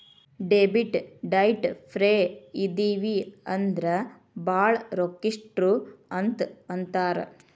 debit ಡೈಟ್ ಫ್ರೇ ಇದಿವಿ ಅಂದ್ರ ಭಾಳ್ ರೊಕ್ಕಿಷ್ಟ್ರು ಅಂತ್ ಅಂತಾರ